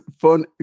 phone